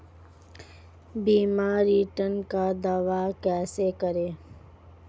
बीमा रिटर्न का दावा कैसे करें?